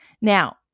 Now